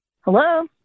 Hello